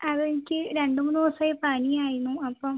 അത് എനിക്ക് രണ്ട് മൂന്ന് ദിവസമായി പനി ആയിരുന്നു അപ്പം